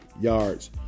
yards